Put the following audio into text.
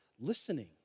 Listening